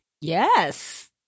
Yes